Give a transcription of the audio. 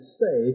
say